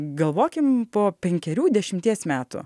galvokim po penkerių dešimties metų